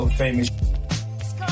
famous